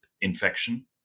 infection